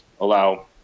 allow –